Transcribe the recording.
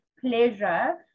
pleasure